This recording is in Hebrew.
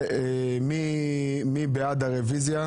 מי בעד הרוויזיה?